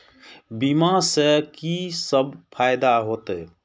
बीमा से की सब फायदा होते?